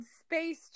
Space